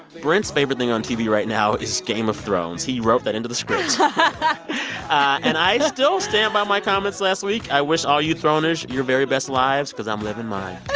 brent's favorite thing on tv right now is game of thrones. he wrote that into the script and and i still stand by my comments last week. i wish all you throners your very best lives because i'm living mine.